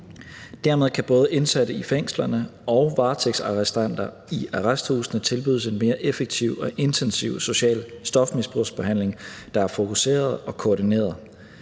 Dermed kan både indsatte i fængslerne og varetægtsarrestanter i arresthusene tilbydes en mere effektiv og intensiv social stofmisbrugsbehandling, der er fokuseret og koordineret.